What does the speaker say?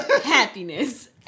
happiness